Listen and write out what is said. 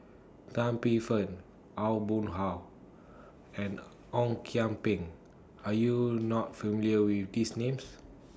Tan Paey Fern Aw Boon Haw and Ong Kian Peng Are YOU not familiar with These Names